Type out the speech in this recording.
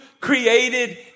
created